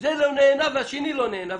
שזה לא נהנה והשני לא נהנה.